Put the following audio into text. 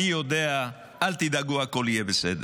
אני יודע, אל תדאגו, הכול יהיה בסדר.